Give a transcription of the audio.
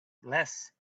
less